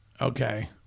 Okay